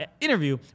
interview